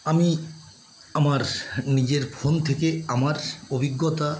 আমি আমার নিজের ফোন থেকে আমার অভিজ্ঞতা